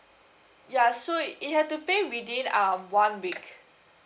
ya so you have to pay within um one week